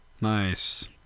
Nice